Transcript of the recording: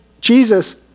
Jesus